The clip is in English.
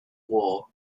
war